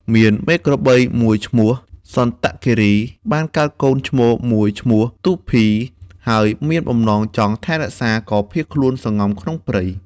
មានមេក្របីមួយឈ្មោះ សន្តគិរី បានកើតកូនឈ្មោលមួយឈ្មោះ ទូភី ហើយមានបំណងចង់ថែរក្សាក៏ភៀសខ្លួនសំងំក្នុងព្រៃ។